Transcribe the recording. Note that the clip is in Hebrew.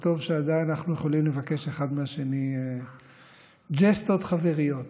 טוב שאנחנו עדיין יכולים לבקש אחד מהשני ג'סטות חבריות.